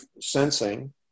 sensing